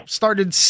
started